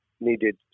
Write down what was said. needed